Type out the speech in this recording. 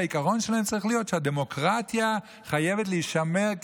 שהעיקרון שלהן צריך להיות שהדמוקרטיה חייבת להישמר,